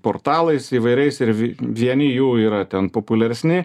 portalais įvairiais ir v vieni jų yra ten populiaresni